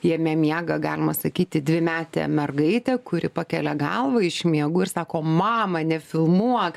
jame miega galima sakyti dvimetė mergaitė kuri pakelia galvą iš miegų ir sako mama nefilmuok